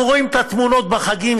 אנחנו רואים את התמונות בחגים,